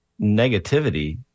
negativity